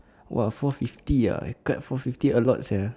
!wah! four fifty ah he cut four fifty a lot sia